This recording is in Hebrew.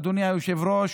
אדוני היושב-ראש,